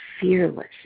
fearless